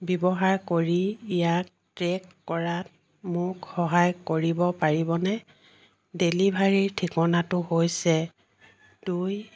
ব্যৱহাৰ কৰি ইয়াক ট্ৰেক কৰাত মোক সহায় কৰিব পাৰিবনে ডেলিভাৰীৰ ঠিকনাটো হৈছে দুই